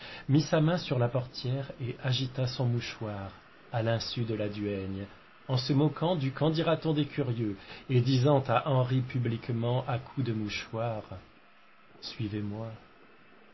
mit sa main sur la portière et agita son mouchoir à l'insu de la duègne en se moquant du qu'en dira-t-on des curieux et disant à henri publiquement à coups de mouchoir suivez-moi